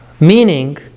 Meaning